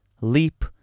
Leap